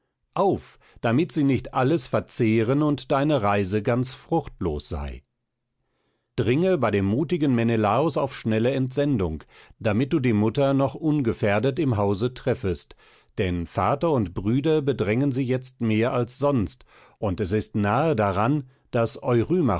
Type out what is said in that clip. auf damit sie nicht alles verzehren und deine reise ganz fruchtlos sei dringe bei dem mutigen menelaos auf schnelle entsendung damit du die mutter noch ungefährdet im hause treffest denn vater und brüder bedrängen sie jetzt mehr als sonst und es ist nahe daran daß